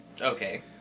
Okay